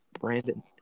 Brandon